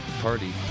party